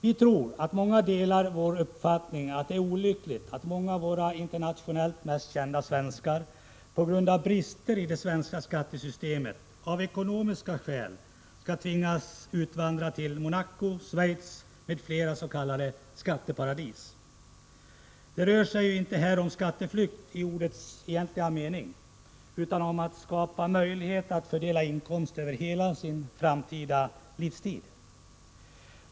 Vi tror att åtskilliga delar vår uppfattning att det är olyckligt att många av våra internationellt mest kända svenskar på grund av brister i det svenska skattesystemet av ekonomiska skäl tvingas utvandra till Monaco, Schweiz eller andra s.k. skatteparadis. Det rör sig här inte om skatteflykt i ordets egentliga mening utan om att skapa en möjlighet att fördela inkomster över hela sin framtida livstid.